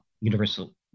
universal